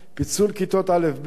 פיצול כיתות א'-ב',